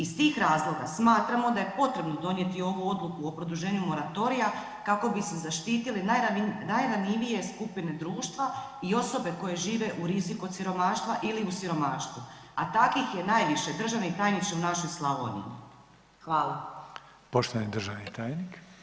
Iz tih razloga smatramo da je potrebno donijeti ovu odluku o produženju moratorija kako bi se zaštitili najranjivije skupine društva i osobe koje žive u riziku od siromaštva ili u siromaštvu a takvih je najviše, državni tajniče, u našoj Slavoniji.